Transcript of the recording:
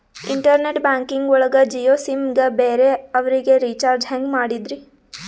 Internet banking ಒಳಗ Jio SIM ಗೆ ಬೇರೆ ಅವರಿಗೆ ರೀಚಾರ್ಜ್ ಹೆಂಗ್ ಮಾಡಿದ್ರಿ?